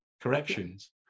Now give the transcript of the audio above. corrections